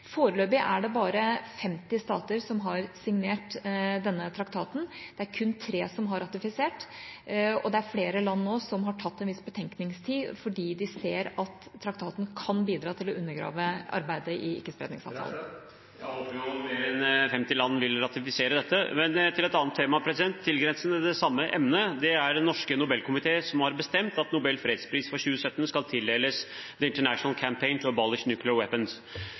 Foreløpig er det bare 50 stater som har signert denne traktaten. Det er kun tre som har ratifisert. Det er flere land nå som har tatt en viss betenkningstid, fordi de ser at traktaten kan bidra til å undergrave arbeidet i Ikkespredningsavtalen. Jeg håper jo flere enn 50 land vil ratifisere dette. Til et annet tema, som grenser til dette emnet: Den Norske Nobelkomité har bestemt at Nobels fredspris for 2017 skal tildeles International Campaign to Abolish Nuclear Weapons, ICAN. Nobelkomiteen mener ICAN gjennom sitt arbeid har bidratt til